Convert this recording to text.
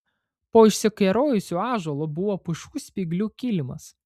po išsikerojusiu ąžuolu buvo pušų spyglių kilimas